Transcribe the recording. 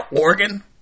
Oregon